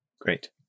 Great